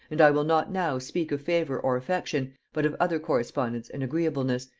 and i will not now speak of favor or affection, but of other correspondence and agreeableness,